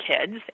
kids